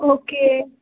okay